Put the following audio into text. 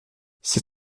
c’est